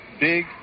Big